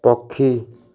ପକ୍ଷୀ